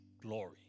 glory